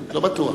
לא בטוח.